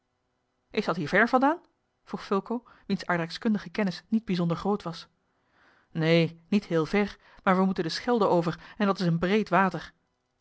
is dat hier ver vandaan vroeg fulco wiens aardrijkskundige kennis niet bijzonder groot was neen niet heel ver maar we moeten de schelde over en dat is een breed water